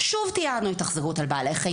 שוב תיעדנו התאכזרות אל בעלי חיים,